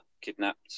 kidnapped